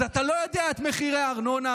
אז אתה לא יודע את מחירי הארנונה,